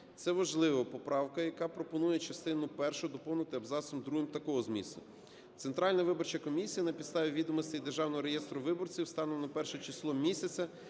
Це важлива поправка, яка пропонує частину першу доповнити абзацом другим такого змісту: "Центральна виборча комісія на підставі відомостей Державного реєстру виборців станом на перше число місяця